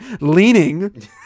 leaning